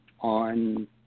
on